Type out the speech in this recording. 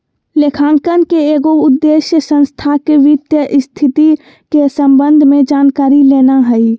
लेखांकन के एगो उद्देश्य संस्था के वित्तीय स्थिति के संबंध में जानकारी लेना हइ